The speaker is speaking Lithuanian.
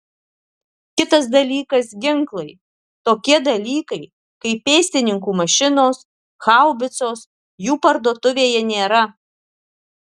kitas dalykas ginklai tokie dalykai kaip pėstininkų mašinos haubicos jų parduotuvėje nėra